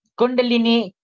kundalini